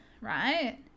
right